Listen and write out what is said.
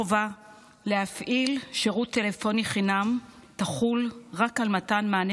החובה להפעיל שירות טלפוני חינם תחול רק על מתן מענה